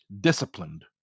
disciplined